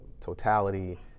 totality